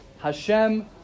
Hashem